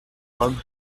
homme